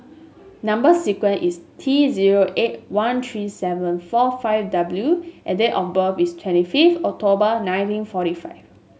number sequence is T zero eight one three seven four five W and date of birth is twenty fifth October nineteen forty five